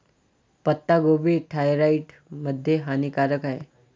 पत्ताकोबी थायरॉईड मध्ये हानिकारक आहे